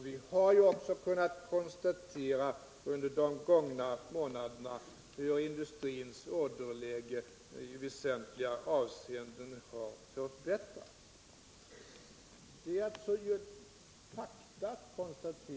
Under de gångna månaderna har vi också kunnat konstatera hur industrins orderläge i väsentliga avseenden har förbättrats. Detta är alltså fakta.